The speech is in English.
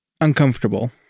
Uncomfortable